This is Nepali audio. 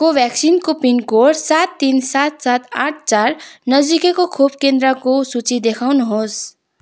कोभ्याक्सिनको पिनकोड सात तिन सात सात आठ चार नजिकैको खोप केन्द्रको सूची देखाउनुहोस्